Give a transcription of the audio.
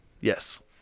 Yes